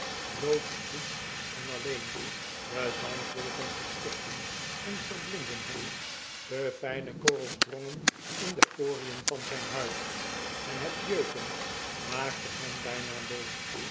blootsvoets en alleen de zandwolken verstikten en verblindden hem de fijne korrels drongen in de porien van zijn huid en het jeuken maakte hem bijna dol